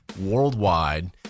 worldwide